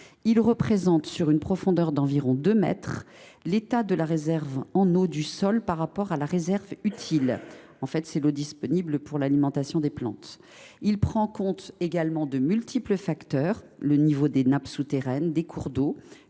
d’évaluer, sur une profondeur d’environ deux mètres, l’état de la réserve en eau du sol par rapport à la réserve utile : il s’agit en fait de l’eau disponible pour l’alimentation des plantes. Il prend en compte également de multiples facteurs : le niveau des nappes souterraines et des cours d’eau,